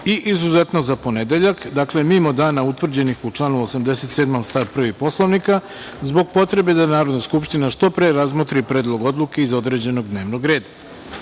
i izuzetno za ponedeljak, dakle mimo dana utvrđenih u članu 87. stav 1. Poslovnika, zbog potrebe da Narodna skupština što pre razmotri Predlog odluke iz određenog dnevnog